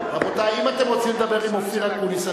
אם אתם רוצים לדבר עם אופיר אקוניס,